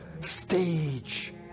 stage